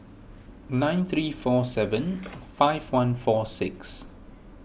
nine three four seven five one four six